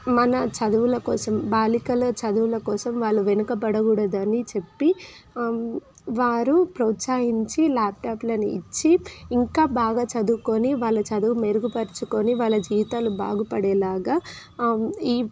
మన చదువుల కోసం బాలికల చదువుల కోసం వాళ్ళు వెనుకబడకూడదని చెప్పి వారు ప్రోత్సహించి ల్యాప్టాప్లను ఇచ్చి ఇంకా బాగా చదువుకొని వాళ్ళ చదువు మెరుగుపరచుకొని వాళ్ళ జీవితాలు బాగుపడేలాగా ఈ